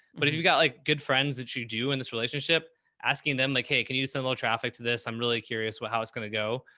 but if you've got like good friends that you do in this relationship asking them like, hey, can you just send little traffic to this? i'm really curious what, how it's going to go?